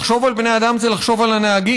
לחשוב על בני אדם זה לחשוב על הנהגים,